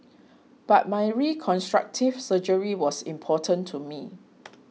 but my reconstructive surgery was important to me